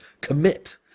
commit